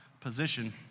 position